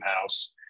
house